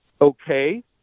okay